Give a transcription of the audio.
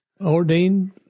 Ordained